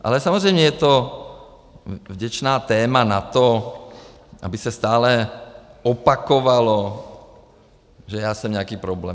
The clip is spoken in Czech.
Ale samozřejmě je to vděčné téma na to, aby se stále opakovalo, že já jsem nějaký problém.